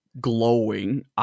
Glowing